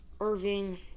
Irving